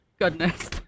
Goodness